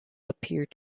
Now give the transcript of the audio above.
appeared